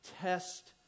test